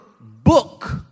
book